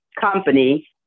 company